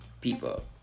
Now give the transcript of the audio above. people